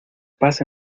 pase